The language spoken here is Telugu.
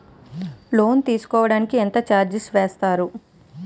లోన్ తీసుకోడానికి ఎంత చార్జెస్ వేస్తారు?